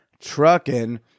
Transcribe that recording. trucking